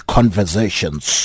Conversations